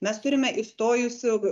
mes turime įstojusių